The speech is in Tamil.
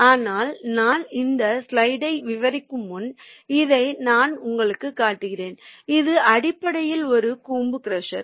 ஆனால் நான் இந்த ஸ்லைடை விவரிக்கும் முன் இதை நான் உங்களுக்குக் காட்டுகிறேன் இது அடிப்படையில் ஒரு கூம்பு க்ரஷர்